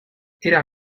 era